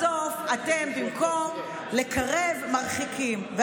בסוף אתם במקום לקרב מרחיקים,